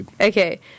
Okay